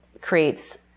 creates